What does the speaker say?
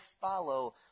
follow